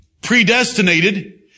predestinated